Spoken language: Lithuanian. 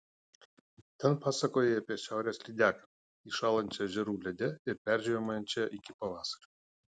ten pasakojai apie šiaurės lydeką įšąlančią ežerų lede ir peržiemojančią iki pavasario